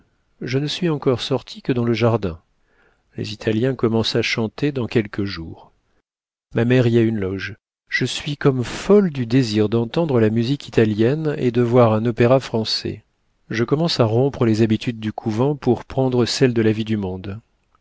je ne suis encore sortie que dans le jardin les italiens commencent à chanter dans quelques jours ma mère y a une loge je suis comme folle du désir d'entendre la musique italienne et de voir un opéra français je commence à rompre les habitudes du couvent pour prendre celles de la vie du monde